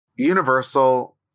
Universal